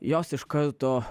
jos iš karto